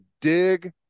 dig